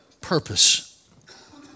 purpose